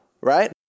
Right